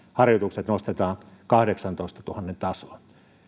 harjoitukset nostetaan kahdeksantoistatuhannen tasoon